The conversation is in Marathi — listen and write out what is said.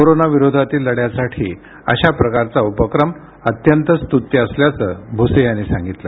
कोरोना विरोधातील लढ्यासाठी अशा प्रकारचा उपक्रम अत्यंत स्तूत्य असल्याचं भूसे यांनी सांगितलं